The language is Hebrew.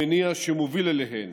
במניע שמוביל אליהן